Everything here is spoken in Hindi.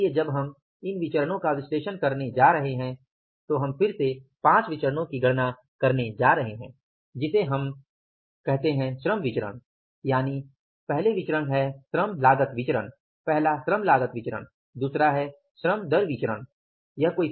इसलिए जब हम इन विचरणो का विश्लेषण करने जा रहे हैं तो हम फिर से 5 विचरणो की गणना करने जा रहे हैं यानि श्रम लागत विचरण पहला श्रम लागत विचरण दूसरा है श्रम दर विचरण जिसे हम LRPV कहते हैं